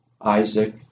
Isaac